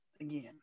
again